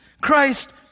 Christ